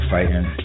Fighting